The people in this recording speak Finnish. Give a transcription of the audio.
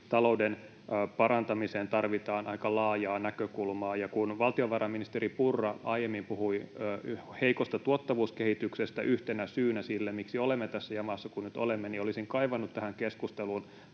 talouden parantamiseen tarvitaan aika laajaa näkökulmaa. Kun valtiovarainministeri Purra aiemmin puhui heikosta tuottavuuskehityksestä yhtenä syynä siihen, miksi olemme tässä jamassa kuin nyt olemme, niin olisin kaivannut tähän keskusteluun